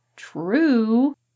True